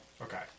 Okay